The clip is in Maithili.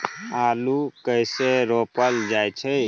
आलू कइसे रोपल जाय छै?